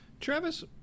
Travis